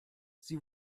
sie